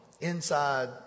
inside